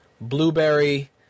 Blueberry